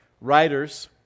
writers